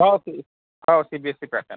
हो सी हो C B S C pattern